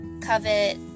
covet